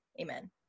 Amen